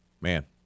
man